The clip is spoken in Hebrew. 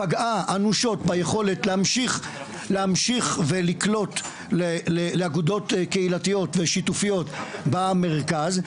פגעה אנושות ביכולת להמשיך ולקלוט לאגודות קהילתיות ושיתופיות במרכז.